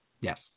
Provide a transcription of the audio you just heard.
Yes